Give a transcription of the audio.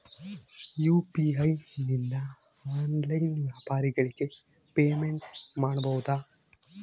UPI ನಿಂದ online ವ್ಯಾಪಾರಗಳಿಗೆ payment ಮಾಡಬಹುದಾ?